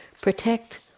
protect